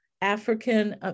african